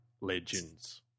Legends